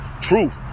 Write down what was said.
truth